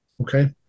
Okay